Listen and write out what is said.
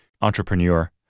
Entrepreneur